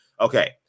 okay